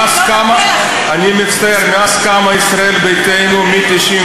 כמעט 1.5 מיליון איש,